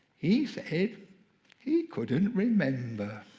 he said he couldn't remember.